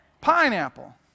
Pineapple